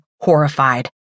horrified